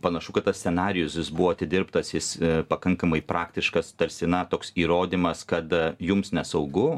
panašu kad tas scenarijus jis buvo atidirbtas jis pakankamai praktiškas tarsi na toks įrodymas kad jums nesaugu